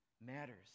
matters